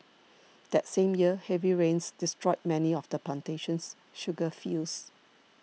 that same year heavy rains destroyed many of the plantation's sugar fields